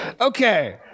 Okay